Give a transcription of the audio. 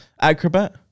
Acrobat